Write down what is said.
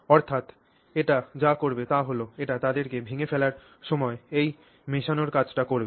অর্থাৎ এটি যা করবে তা হল এটি তাদেরকে ভেঙে ফেলার সময়ও এই মেশানোর কাজটি করবে